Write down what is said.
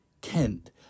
Kent